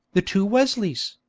the two wesleys,